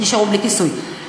נשארו בלי כיסוי.